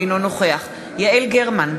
אינו נוכח יעל גרמן,